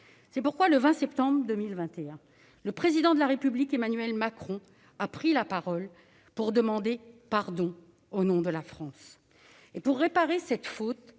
C'est pourquoi, le 20 septembre 2021, le Président de la République, Emmanuel Macron, a pris la parole pour demander pardon au nom de la France. Pour réparer cette faute